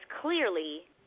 clearly